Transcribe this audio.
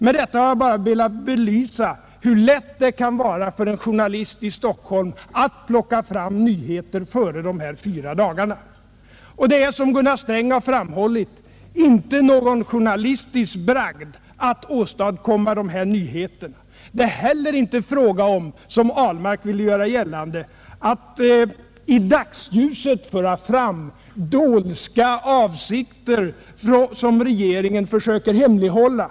Med detta har jag velat belysa hur lätt det är för en journalist i Stockholm att plocka fram nyheter före de fyra dagar det här gäller. Som Gunnar Sträng framhållit är det inte någon journalistisk bragd att hitta sådana nyheter. Inte heller är det fråga om — vilket herr Ahlmark ville göra gällande — att i dagsljuset ta fram några dolska avsikter, som regeringen försöker hemlighålla.